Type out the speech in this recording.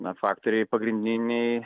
na faktoriai pagrindiniai